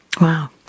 Wow